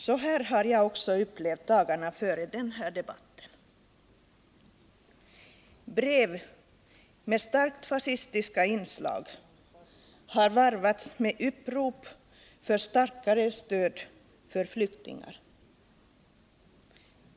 Så här har jag också upplevt dagarna före den här debatten. Brev med starkt fascistiska inslag har varvats med upprop för starkare stöd för flyktingar.